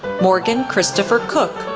morgan christopher cook,